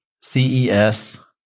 CES